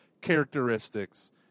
characteristics